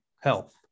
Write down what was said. health